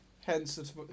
hence